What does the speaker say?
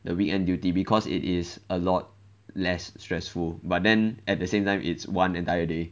the weekend duty because it is a lot less stressful but then at the same time it's one entire day